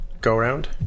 go-around